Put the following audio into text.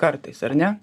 kartais ar ne